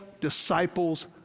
disciples